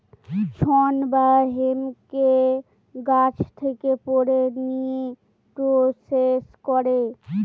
শন বা হেম্পকে গাছ থেকে পেড়ে নিয়ে প্রসেস করে